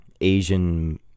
Asian